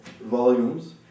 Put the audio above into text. volumes